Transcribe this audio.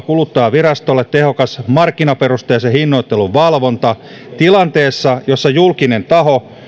kuluttajavirastolle tehokas markkinaperusteisen hinnoittelun valvonta tilanteessa jossa julkinen taho